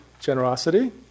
generosity